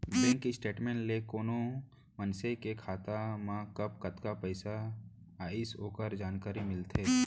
bank के statement ले ही कोनो मनसे के खाता मा कब कतका पइसा आइस ओकर जानकारी मिलथे